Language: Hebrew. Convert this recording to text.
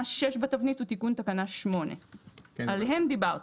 6 בתבנית הוא תיקון תקנה 8. עליהם דיברתי.